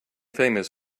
famous